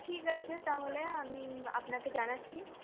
ঠিক আছে তাহলে আমি আপনাকে জানাচ্ছি